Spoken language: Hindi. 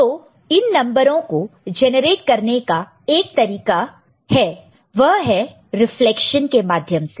तो इन नंबरों को जनरेट करने का एक तरीका है वह है रीफलेक्शन के माध्यम से